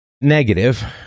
negative